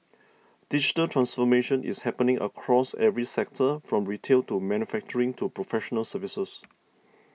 digital transformation is happening across every sector from retail to manufacturing to professional services